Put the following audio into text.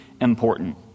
important